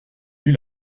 nuit